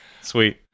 Sweet